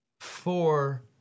four